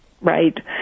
right